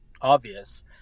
obvious